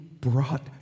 brought